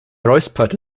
räusperte